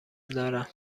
دارم